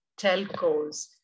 telcos